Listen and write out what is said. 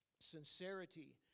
sincerity